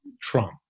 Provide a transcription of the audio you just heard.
Trump